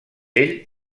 ell